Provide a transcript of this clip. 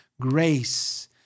grace